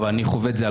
אבל אני חווה את זה.